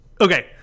Okay